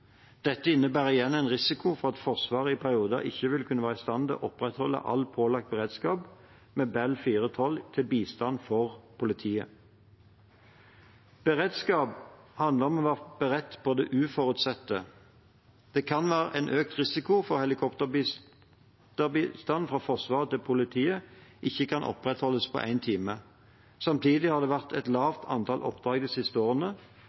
Dette innebærer igjen en risiko for at Forsvaret i perioder ikke vil kunne være i stand til å opprettholde all pålagt beredskap med Bell 412 til bistand for politiet. Beredskap handler om å være beredt på det uforutsette. Det kan være en økt risiko for at helikopterbistanden fra Forsvaret til politiet ikke kan opprettholdes på én time. Samtidig har det vært et lavt antall oppdrag de siste årene,